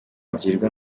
agirwa